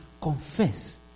confess